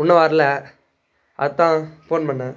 இன்னும் வரலை அதான் போன் பண்ணேன்